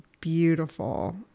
beautiful